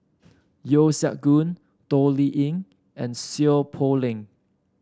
Yeo Siak Goon Toh Liying and Seow Poh Leng